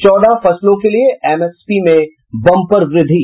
चौदह फसलों के लिए एमएसपी में बम्पर वृद्धि